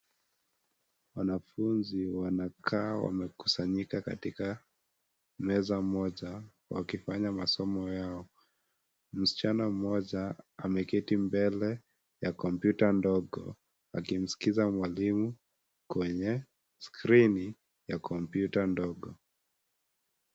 Wanafunzi wanakaa wamekusanyika katika meza moja wakifanya masomo yao. Msichana mmoja ameketi mbele ya kompyuta ndogo akimskiza mwalimu kwenye skrini ya kompyuta ndogo.